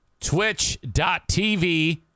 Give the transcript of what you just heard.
twitch.tv